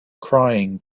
crying